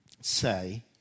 say